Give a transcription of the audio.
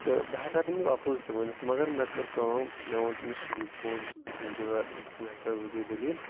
تہٕ بہٕ ہیٚکہٕ ہا تمِس اَپُز تہِ ؤنِتھ مَگَر مےٚ کٔر کٲم مےٚ وون تمِس سیُوٚدُے پوٚز جِگر اِتھ کنۍ ہسا حظ گے دلیل